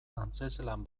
antzezlan